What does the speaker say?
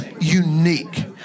unique